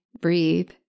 breathe